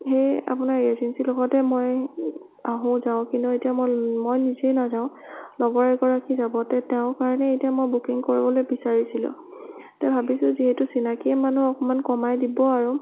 এই আপোনাৰ এজেঞ্চিৰ লগতে মই আহোঁ যাওঁ কিন্তু এতিয়া ম মই নিজে নাযাওঁ লগৰ এগৰাকী যাব যে তেওঁৰ কাৰণে এতিয়া মই বুকিং কৰিবলৈ বিচাৰিছিলোঁ এতিয়া ভাবিছোঁ যে যিহেতু চিনাকিয়ে মানুহ অকণমান কমাই দিব আৰু